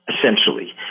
essentially